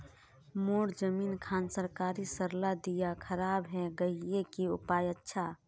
मोर जमीन खान सरकारी सरला दीया खराब है गहिये की उपाय अच्छा?